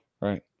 right